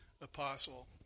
Apostle